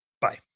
Bye